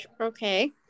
Okay